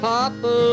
Papa